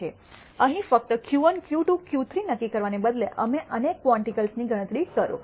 અહીં ફક્ત Q1 Q2 Q3 નક્કી કરવાને બદલે તમે અનેક ક્વોન્ટિલ્સની ગણતરી કરો